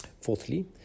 Fourthly